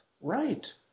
Right